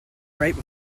grape